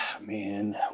Man